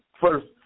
first